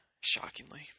shockingly